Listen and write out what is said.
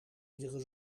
iedere